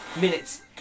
Minutes